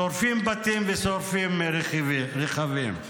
שורפים בתים ושורפים רכבים.